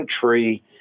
country